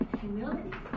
humility